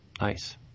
Nice